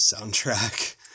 soundtrack